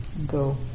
go